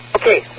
Okay